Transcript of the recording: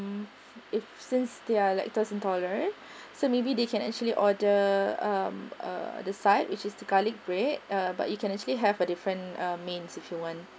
if since they are lactose intolerant so maybe they can actually order um uh the side which is garlic bread but you can actually have a different main if you want